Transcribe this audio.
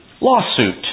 Lawsuit